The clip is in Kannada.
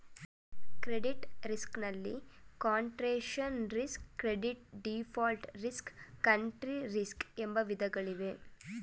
ಕ್ರೆಡಿಟ್ ರಿಸ್ಕ್ ನಲ್ಲಿ concentration risk, credit default risk, country risk ಎಂಬ ವಿಧಗಳಿವೆ